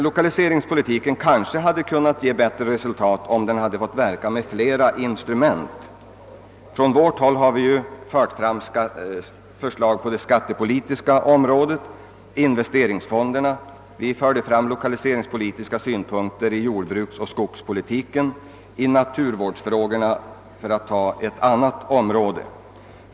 Lokaliseringspolitiken kanske hade kunnat ge bättre resultat om den fått verka med fler instrument. Centerpartiet har lagt fram förslag på det skattepolitiska området och beträffande investeringsfonderna. Vi förde också fram lokaliseringspolitiska aspekter på jordbruksoch skogspolitiken samt i naturvårdsfrågorna.